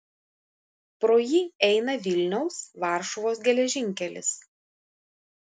pro jį eina vilniaus varšuvos geležinkelis